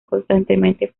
constantemente